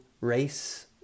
race